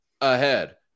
ahead